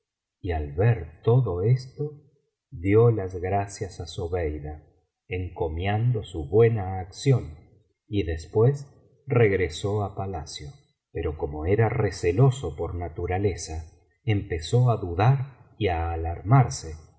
y al ver todo esto dio las gracias á zobéida encomiando su buena acción y después regresó á palacio pero como era receloso por naturaleza empezó á dudar y á alarmarse